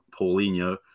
Paulinho